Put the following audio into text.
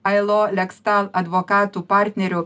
ailoleksta advokatų partneriu